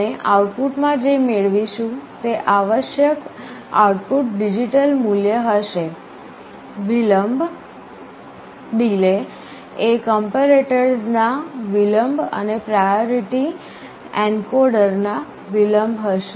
આપણે આઉટપુટમાં જે મેળવીશું તે આવશ્યક આઉટપુટ ડિજિટલ મૂલ્ય હશે વિલંબ એ કંપેરેટર્સના વિલંબ અને પ્રાયોરીટી એન્કોડરના વિલંબ હશે